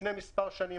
לפני כחמש שנים